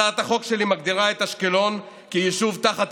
הצעת החוק שלי מגדירה את אשקלון כיישוב תחת